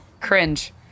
Cringe